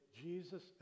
jesus